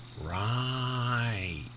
Right